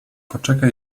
poczekaj